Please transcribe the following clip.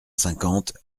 cinquante